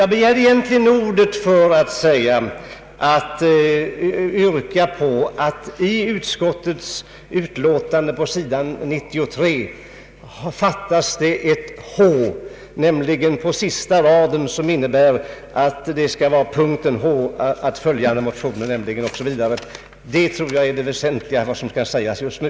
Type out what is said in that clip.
Jag begärde egentligen ordet för att framhålla att det i utskottsutlåtandet på sidan 93 fattas ett H på sista raden. Det skall stå: ”H. att följande motioner, nämligen” o.s.v. Det tror jag är det väsentligaste som bör sägas just nu.